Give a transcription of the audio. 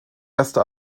erste